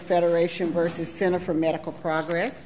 federation person center for medical progress